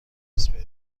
اسپری